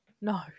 no